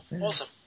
Awesome